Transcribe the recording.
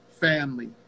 family